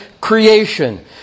creation